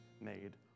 made